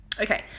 Okay